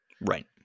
Right